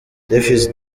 davis